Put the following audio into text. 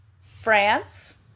France